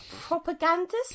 propagandist